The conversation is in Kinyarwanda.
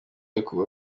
ayoboye